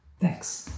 thanks